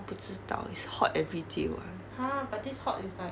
不知道 it's hot every day [one]